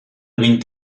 vint